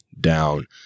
down